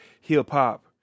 hip-hop